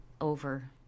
over